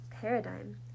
paradigm